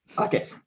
Okay